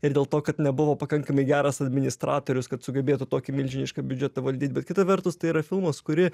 ir dėl to kad nebuvo pakankamai geras administratorius kad sugebėtų tokį milžinišką biudžetą valdyt bet kita vertus tai yra filmas kurį